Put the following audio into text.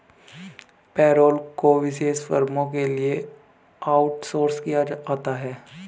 payroll को विशेष फर्मों के लिए आउटसोर्स किया जाता है